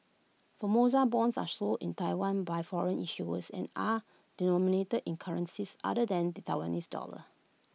Formosa Bonds are sold in Taiwan by foreign issuers and are denominated in currencies other than the Taiwanese dollar